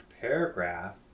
paragraph